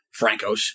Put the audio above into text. Francos